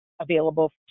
available